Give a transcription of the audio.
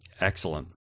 Excellent